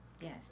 Yes